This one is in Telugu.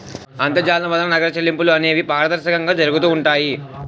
అంతర్జాలం వలన నగర చెల్లింపులు అనేవి పారదర్శకంగా జరుగుతూ ఉంటాయి